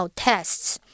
tests